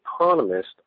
economist